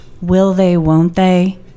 will-they-won't-they